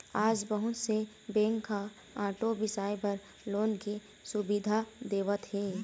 आज बहुत से बेंक ह आटो बिसाए बर लोन के सुबिधा देवत हे